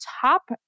top